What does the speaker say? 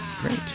Great